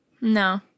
No